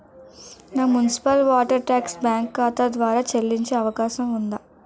నా municipal water tax bank ఖాతా ద్వారా చెల్లించే అవకాశం ఉందా?